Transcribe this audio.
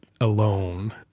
alone